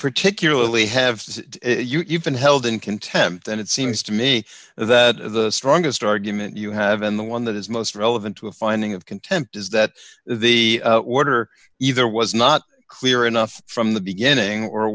particularly have since you've been held in contempt and it seems to me that the strongest argument you have and the one that is most relevant to a finding of contempt is that the order either was not clear enough from the beginning or